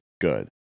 good